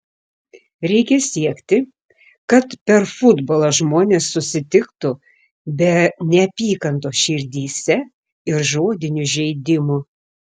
reikia siekti kad per futbolą žmonės susitiktų be neapykantos širdyse ir žodinių žeidimų